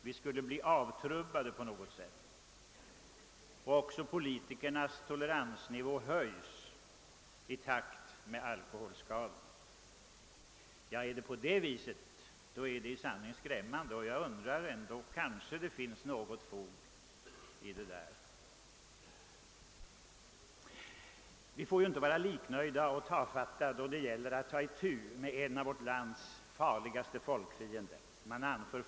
Vi skulle alltså på något sätt bli avtrubbade, och också politikernas toleransnivå skulle höjas i takt med alkoholskadornas ökade utbredning. Förhåller det sig på det viset, är det i sanning skrämmande, och jag undrar ändå om inte uttalandet har fog för sig. Vi får inte vara liknöjda och tafatta när det gäller att ta itu med en av vårt lands farligaste folkfiender.